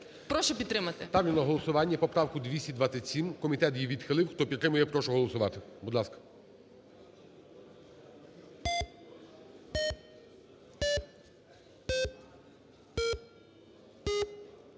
Прошу підтримати. ГОЛОВУЮЧИЙ. Ставлю на голосування поправку 227. Комітет її відхилив. Хто підтримує, прошу голосувати, будь ласка.